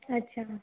अच्छा